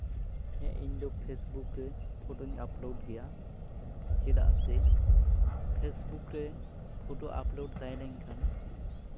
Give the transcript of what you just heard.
ᱦᱮᱸ ᱤᱧᱫᱚ ᱯᱷᱮᱥᱵᱩᱠ ᱨᱮ ᱯᱷᱳᱴᱳᱧ ᱟᱯᱞᱳᱰ ᱜᱮᱭᱟ ᱪᱮᱫᱟᱜ ᱥᱮ ᱯᱷᱮᱥᱵᱩᱠ ᱨᱮ ᱯᱷᱳᱴᱳ ᱟᱯᱞᱳᱰ ᱛᱟᱦᱮᱸ ᱞᱮᱱᱠᱷᱟᱱ